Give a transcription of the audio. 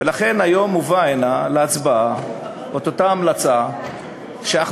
ולכן היום מובאת הנה להצבעה אותה המלצה שאך